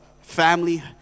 family